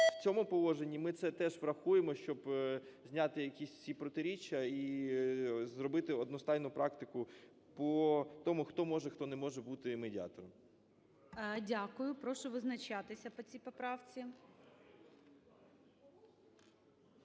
В цьому положенні ми це теж врахуємо, щоб зняти якісь всі протиріччя і зробити одностайно практику по тому, хто може і не може бути медіатором. ГОЛОВУЮЧИЙ. Дякую. Прошу визначатися по цій поправці.